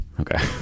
Okay